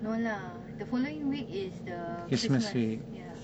no lah the following week is the christmas ya